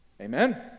amen